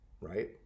right